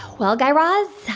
well, guy raz,